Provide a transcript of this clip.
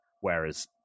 whereas